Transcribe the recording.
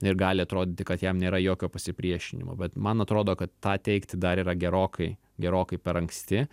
ir gali atrodyti kad jam nėra jokio pasipriešinimo bet man atrodo kad tą teigti dar yra gerokai gerokai per anksti